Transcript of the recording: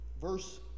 verse